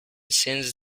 since